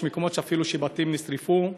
יש מקומות שאפילו בתים נשרפו.